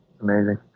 amazing